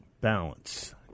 BALANCE